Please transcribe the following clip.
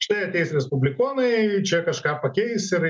štai ateis respublikonai čia kažką pakeis ir